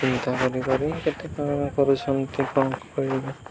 ଚିନ୍ତା କରି କରି କେତେ କରୁଛନ୍ତି କରିବ